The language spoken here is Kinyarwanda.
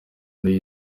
nayo